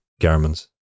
garments